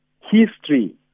history